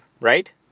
right